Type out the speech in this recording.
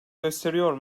gösteriyor